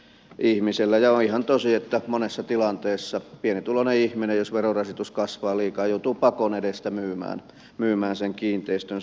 on ihan tosi että monessa tilanteessa pienituloinen ihminen jos verorasitus kasvaa liikaa joutuu pakon edestä myymään sen kiinteistönsä